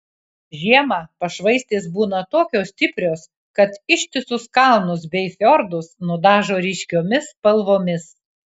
žiemą pašvaistės būna tokios stiprios kad ištisus kalnus bei fjordus nudažo ryškiomis spalvomis